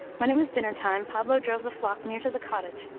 when it was dinner time, pablo drove the flock near to the cottage,